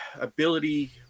ability